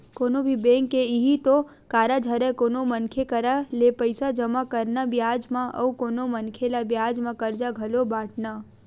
कोनो भी बेंक के इहीं तो कारज हरय कोनो मनखे करा ले पइसा जमा करना बियाज म अउ कोनो मनखे ल बियाज म करजा घलो बाटना